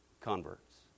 converts